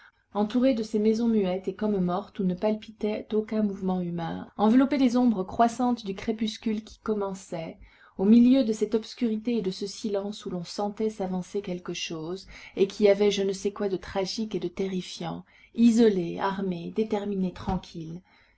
entourés de ces maisons muettes et comme mortes où ne palpitait aucun mouvement humain enveloppés des ombres croissantes du crépuscule qui commençait au milieu de cette obscurité et de ce silence où l'on sentait s'avancer quelque chose et qui avaient je ne sais quoi de tragique et de terrifiant isolés armés déterminés tranquilles